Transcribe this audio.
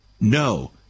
No